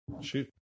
Shoot